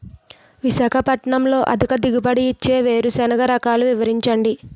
విశాఖపట్నంలో అధిక దిగుబడి ఇచ్చే వేరుసెనగ రకాలు వివరించండి?